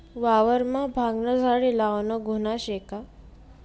वावरमा भांगना झाडे लावनं गुन्हा शे का?